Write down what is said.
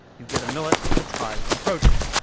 you get a millet that's high in protein.